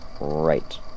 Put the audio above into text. Right